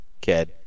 kid